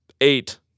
eight